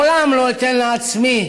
לעולם לא אתן לעצמי